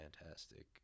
fantastic